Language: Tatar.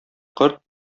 корт